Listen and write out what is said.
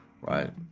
Right